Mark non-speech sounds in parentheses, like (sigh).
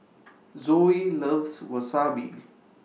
(noise) Zoe loves Wasabi